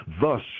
Thus